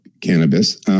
cannabis